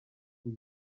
quin